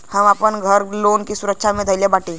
हम आपन घर लोन के सुरक्षा मे धईले बाटी